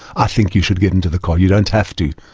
i think you should get into the car. you don't have to,